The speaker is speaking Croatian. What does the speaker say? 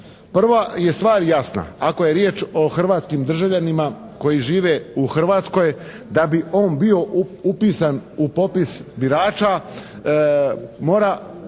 Prva je stvar jasna, ako je riječ o hrvatskim državljanima koji žive u Hrvatskoj da bi on bio upisan u popis birača mora